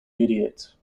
mediate